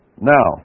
Now